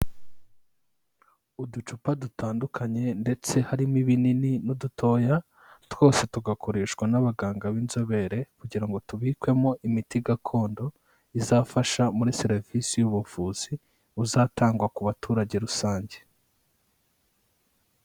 Uducupa dutandukanye ndetse harimo ibinini n'udutoya, twose tugakoreshwa n'abaganga b'inzobere kugira ngo tubikwemo imiti gakondo izafasha muri serivisi y'ubuvuzi buzatangwa ku baturage rusange.